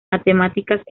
matemáticas